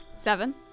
Seven